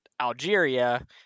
Algeria